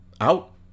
Out